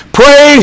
pray